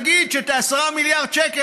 נגיד ש-10 מיליארד השקלים,